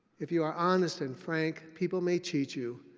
if you are honest and frank, people may cheat you.